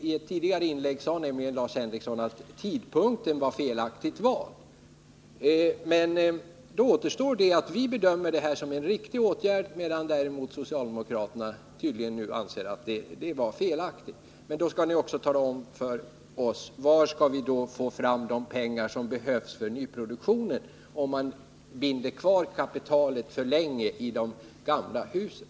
I ett tidigare inlägg sade Lars Henrikson att tidpunkten var felaktigt vald, men det är då tydligt att vi bedömer det som en riktig åtgärd att införa nya amorteringsregler, medan socialdemokraterna anser att det var felaktigt. Men då skall ni också tala om för oss: Var skall man få fram de pengar som behövs för nyproduktionen. om man binder kvar kapitalet för länge i de gamla husen?